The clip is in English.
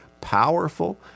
powerful